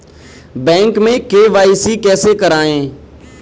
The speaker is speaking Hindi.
बैंक में के.वाई.सी कैसे करायें?